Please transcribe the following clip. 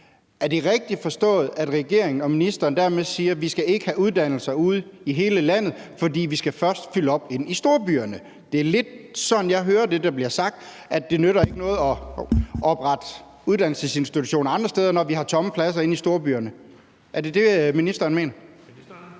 Er det rigtigt forstået, at regeringen og ministeren dermed siger, at vi ikke skal have uddannelser i hele landet, fordi vi først skal fylde op inde i storbyerne? Det er lidt sådan, jeg hører det, der bliver sagt, altså at det ikke nytter noget at oprette uddannelsesinstitutioner andre steder, når vi har tomme pladser inde i storbyerne. Er det det, ministeren mener?